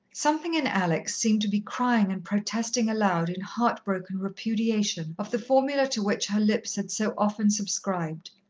something in alex seemed to be crying and protesting aloud in heart-broken repudiation of the formula to which her lips had so often subscribed,